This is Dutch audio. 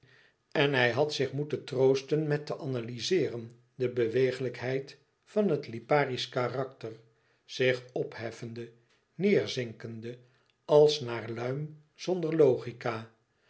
en hij moest zich troosten met zich te analyzeeren de bewegelijkheid van het liparisch karakter zich opheffende neêrzinkende als naar luim zonder logica